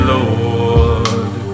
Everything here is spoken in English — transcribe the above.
Lord